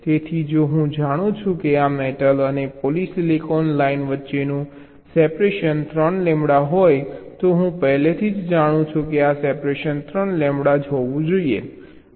તેથી જો હું જાણું છું કે આ મેટલ અને પોલિસિલિકોન લાઇન વચ્ચેનું સેપરેશન 3 લેમ્બડા હશે તો હું પહેલેથી જ જાણું છું કે આ સેપરેશન 3 લેમ્બડા હશે